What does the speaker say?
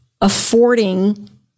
affording